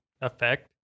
effect